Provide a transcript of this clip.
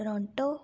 Toronto